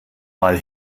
mal